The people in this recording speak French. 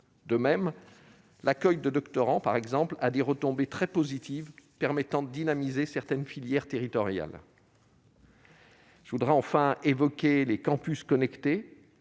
De même, l'accueil de doctorants, par exemple, a des retombées très positives permettant de dynamiser certaines filières territoriales. Je terminerai mon propos en citant les campus connectés,